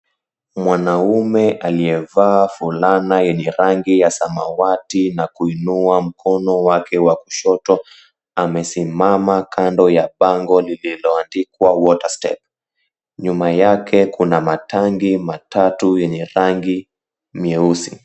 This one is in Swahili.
Mwanamme aliyevaa fulana yenye rangi ya samawati na kuinua mkono wake wa kushoto, amesimama kando ya bango lililoandikwa, Water Step. Nyuma yake kuna matanki matatu yenye rangi nyeusi.